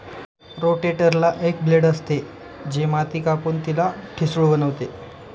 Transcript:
रोटेटरला एक ब्लेड असते, जे माती कापून तिला ठिसूळ बनवते